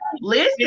listen